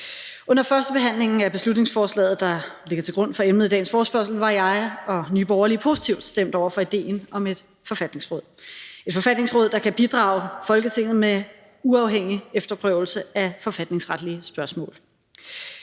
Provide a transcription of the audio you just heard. Under førstebehandlingen af beslutningsforslaget, der ligger til grund for emnet i dagens forespørgsel, var jeg og Nye Borgerlige positivt stemt over for idéen om et forfatningsråd – et forfatningsråd, der kan bidrage til Folketinget med uafhængig efterprøvelse af forfatningsretlige spørgsmål.